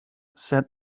said